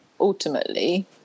ultimately